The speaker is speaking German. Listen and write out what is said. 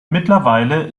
mittlerweile